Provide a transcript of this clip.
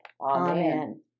Amen